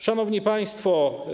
Szanowni Państwo!